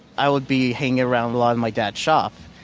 i would be hanging around a lot in my dad's shop.